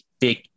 big